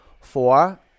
Four